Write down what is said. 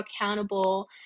accountable